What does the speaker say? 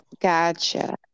Gotcha